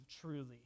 truly